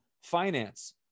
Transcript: Finance